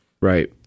Right